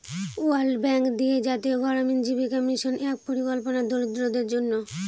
world bank দিয়ে জাতীয় গড়ামিন জীবিকা মিশন এক পরিকল্পনা দরিদ্রদের জন্য